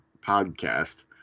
podcast